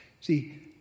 see